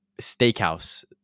steakhouse